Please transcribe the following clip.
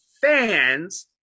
fans